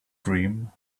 dream